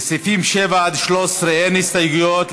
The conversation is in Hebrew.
לסעיפים 6 13 אין הסתייגויות,